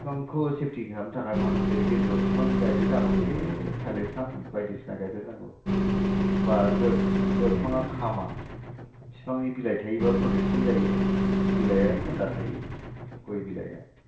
बिफांखौ सेफथि खालामनो थाखाय माखासे गेजेराव बिफां गायदेरनांगौलै थालिर बिफां बायदिसिना गायदेरनांगौ होम्बा ओरैबो गय बिफांआ खामा बिफांनि बिलाइ थायोबा प्रटेकसन जायो बिलाइया थान्दा थायो गय बिलाइया